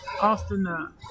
Austin